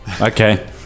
Okay